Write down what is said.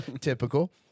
typical